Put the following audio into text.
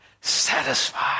satisfied